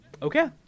Okay